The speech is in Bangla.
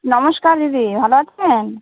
নমস্কার দিদি ভালো আছেন